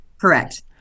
Correct